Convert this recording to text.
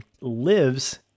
lives